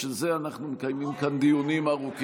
בשביל זה אנחנו מקיימים כאן דיונים ארוכים,